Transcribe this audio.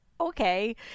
okay